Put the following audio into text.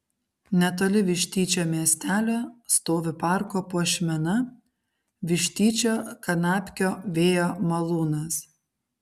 netoli vištyčio miestelio stovi parko puošmena vištyčio kanapkio vėjo malūnas